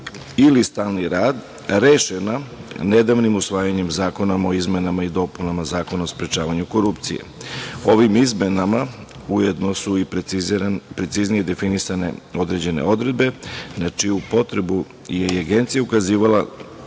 ili stalni rad, rešena nedavnim usvajanjem zakona o izmenama i dopunama Zakona o sprečavanju korupcije. Ovim izmenama ujedno su i preciznije definisane određene odredbe, na čiju potrebu je i Agencija ukazivala